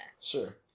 sure